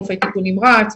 רופאי טיפול נמרץ,